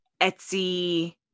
Etsy